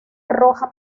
roja